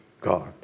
God